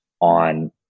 on